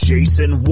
Jason